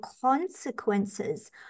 consequences